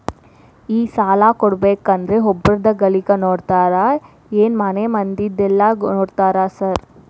ಈ ಸಾಲ ಕೊಡ್ಬೇಕಂದ್ರೆ ಒಬ್ರದ ಗಳಿಕೆ ನೋಡ್ತೇರಾ ಏನ್ ಮನೆ ಮಂದಿದೆಲ್ಲ ನೋಡ್ತೇರಾ ಸಾರ್?